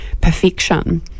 perfection